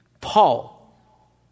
Paul